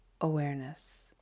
awareness